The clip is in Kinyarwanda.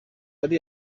ari